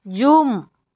ꯌꯨꯝ